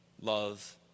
love